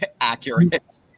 Accurate